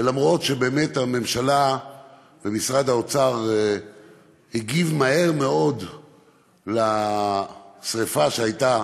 שאף שבאמת הממשלה ומשרד האוצר הגיבו מהר מאוד לשרפה שהייתה